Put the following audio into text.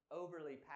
overly